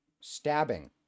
stabbing